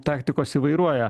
taktikos įvairuoja